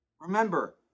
Remember